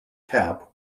cap